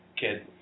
kid